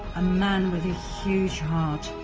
a man with a huge heart.